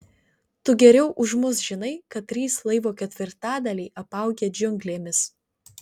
tu geriau už mus žinai kad trys laivo ketvirtadaliai apaugę džiunglėmis